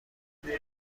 اهداف